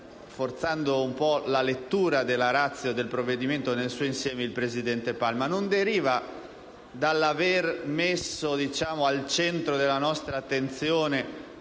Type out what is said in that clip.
forzando un po' la lettura della *ratio* del provvedimento nel suo insieme - il presidente Palma, dall'aver messo al centro della nostra attenzione